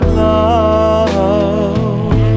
love